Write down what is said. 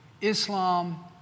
Islam